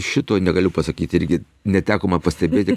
šito negaliu pasakyti irgi neteko man pastebėti